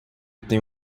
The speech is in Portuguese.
tem